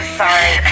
sorry